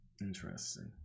Interesting